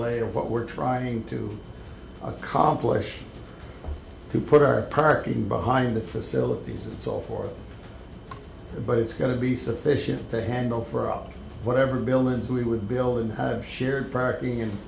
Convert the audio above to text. lay of what we're trying to accomplish to put our perking behind the facilities and so forth but it's going to be sufficient to handle for whatever buildings we would build and shared parenting and